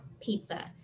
pizza